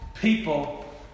people